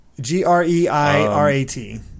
G-R-E-I-R-A-T